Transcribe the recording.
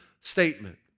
statement